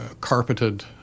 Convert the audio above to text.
carpeted